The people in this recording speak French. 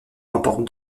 remporte